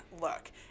look